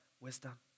wisdom